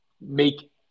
make